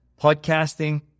podcasting